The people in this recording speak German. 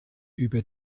über